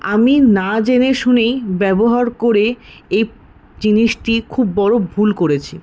আমি না জেনে শুনেই ব্যবহার করে এই জিনিসটি খুব বড় ভুল করেছি